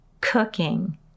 cooking